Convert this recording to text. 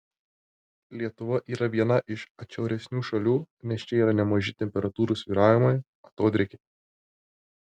lietuva yra viena iš atšiauresnių šalių nes čia yra nemaži temperatūrų svyravimai atodrėkiai